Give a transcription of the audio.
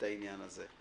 העניין הזה.